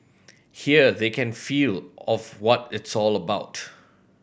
here they can feel of what it's all about